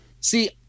see